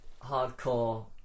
hardcore